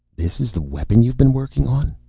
this is the weapon you've been working on?